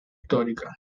histórica